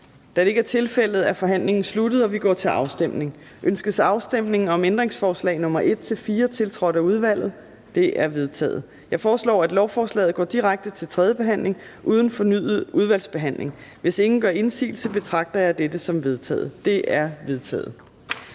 Da det ikke er tilfældet, er forhandlingen sluttet, og vi går til afstemning. Kl. 15:41 Afstemning Fjerde næstformand (Trine Torp): Ønskes afstemning om ændringsforslagene nr. 1-4, tiltrådt af udvalget? De er vedtaget. Jeg foreslår, at lovforslaget går direkte til tredje behandling uden fornyet udvalgsbehandling. Hvis ingen gør indsigelse, betragter jeg dette som vedtaget. Det er vedtaget.